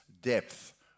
depth